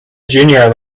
junior